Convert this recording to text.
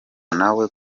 nawe